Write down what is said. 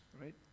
right